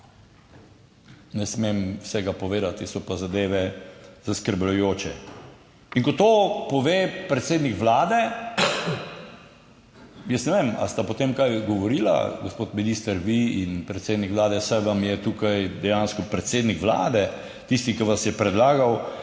Ne smem vsega povedati. So pa zadeve zaskrbljujoče. In ko to pove predsednik Vlade, jaz ne vem ali sta po tem kaj govorila, gospod minister, vi in predsednik Vlade, saj vam je tukaj dejansko predsednik Vlade tisti, ki vas je predlagal,